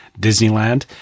Disneyland